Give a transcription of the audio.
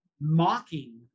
mocking